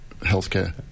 healthcare